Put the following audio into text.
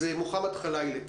אז מוחמד חלילה,